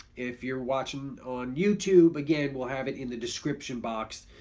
if you're watching on youtube again we'll have it in the description box,